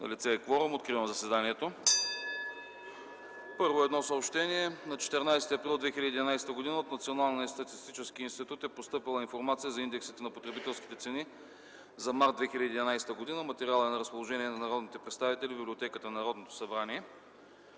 Налице е кворум. Откривам пленарното заседание. (Звъни.) Първо, едно съобщение – на 14 април 2011 г. от Националния статистически институт е постъпила информация за индексите на потребителските цени за март 2011 г. Материалът е на разположение на народните представители в библиотеката на Народното събрание.